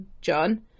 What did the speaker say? john